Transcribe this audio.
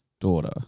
daughter